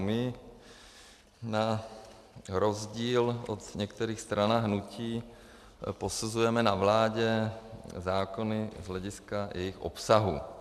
My na rozdíl o některých stran a hnutí posuzujeme na vládě zákony z hlediska jejich obsahu.